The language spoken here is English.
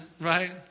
right